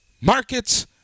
markets